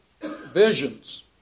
visions